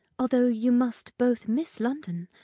although you must both miss london.